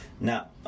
Now